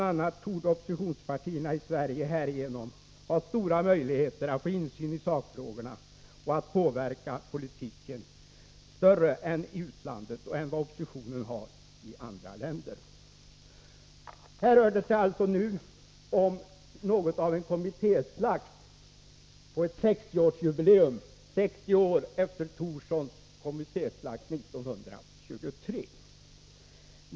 a. torde oppositionspartierna i Sverige härigenom ha större möjligheter att få insyn i sakfrågorna och att påverka politiken än vad oppositionen i andra länder har.” Här rör det sig alltså nu om något av en kommittéslakt, 60 år efter Thorssons kommittéslakt år 1923.